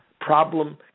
Problem